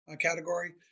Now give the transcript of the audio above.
category